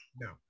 No